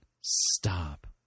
stop